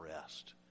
rest